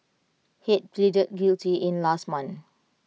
Head pleaded guilty in last month